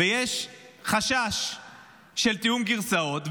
יש חשש של תיאום גרסאות.